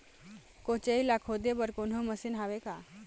कोचई ला खोदे बर कोन्हो मशीन हावे का?